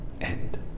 end